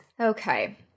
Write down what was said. Okay